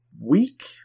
week